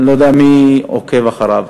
אני לא יודע מי עוקב אחריו,